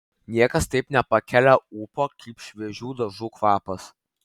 niekas taip nepakelia ūpo kaip šviežių dažų kvapas